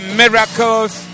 miracles